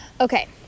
okay